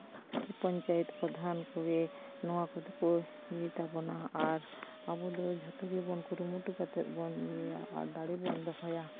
ᱯᱚᱧᱪᱟᱭᱮᱛ ᱯᱨᱚᱫᱷᱟᱱ ᱠᱚᱜᱮ ᱱᱚᱣᱟ ᱠᱚᱫᱚ ᱠᱚ ᱤᱭᱟᱹᱭ ᱛᱟᱵᱚᱱᱟ ᱟᱨ ᱟᱵᱚ ᱫᱚ ᱡᱷᱚᱛᱚ ᱜᱮᱵᱚᱱ ᱠᱩᱨᱩᱢᱩᱴᱩ ᱠᱟᱛᱮ ᱵᱚᱱ ᱧᱮᱞᱟ ᱟᱨ ᱫᱟᱲᱵᱚᱱ ᱫᱚᱦᱚᱭᱟ